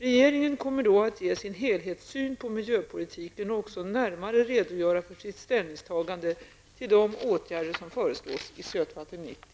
Regeringen kommer då att ge sin helhetssyn på miljöpolitiken och också närmare redogöra för sitt ställningstagande till de åtgärder som föreslås i Sötvatten '90.